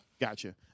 Gotcha